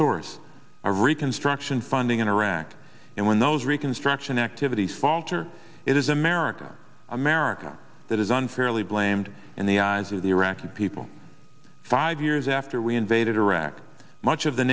source of reconstruction funding in iraq and when those reconstruction activities falter it is america america that is unfairly blamed in the eyes of the iraqi people five years after we invaded iraq much of the